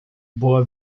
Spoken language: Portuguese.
boa